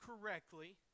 correctly